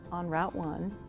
on route one.